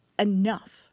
Enough